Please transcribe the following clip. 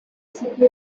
sotto